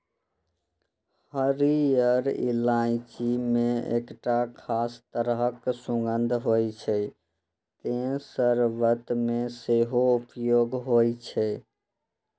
हरियर इलायची मे एकटा खास तरह सुगंध होइ छै, तें शर्बत मे सेहो उपयोग होइ छै